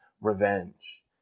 revenge